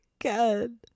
again